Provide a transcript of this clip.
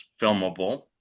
filmable